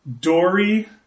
Dory